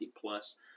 plus